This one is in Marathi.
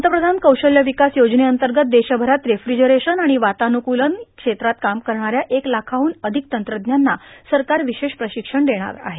पंतप्रधान कौशल्य विकास योजनेअंतर्गत देशभरात देफ्रिजरेशन आणि वातान्रुक्लन क्षेत्रात काम करणाऱ्या एक लाखाहून अधिक तंत्रज्ञांना सरकार विशेष प्रशिक्षण देणार आहे